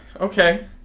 Okay